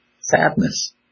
Sadness